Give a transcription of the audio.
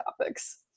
topics